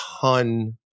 ton